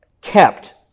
kept